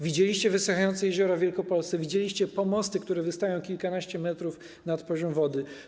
Widzieliście wysychające jeziora w Wielkopolsce, widzieliście pomosty, które wystają kilkanaście metrów nad poziom wody.